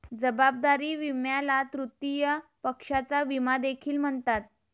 जबाबदारी विम्याला तृतीय पक्षाचा विमा देखील म्हणतात